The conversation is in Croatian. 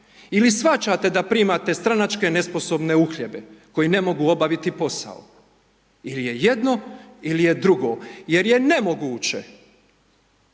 ili shvaćate da primate stranačke nesposobne uhljebe koje ne mogu obaviti posao. Ili je jedno, ili je drugo, jer je nemoguće,